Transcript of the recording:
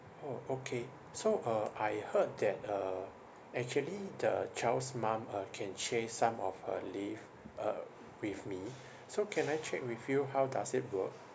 orh okay so uh I heard that uh actually the child's mum uh can share some of her leave uh with me so can I check with you how does it work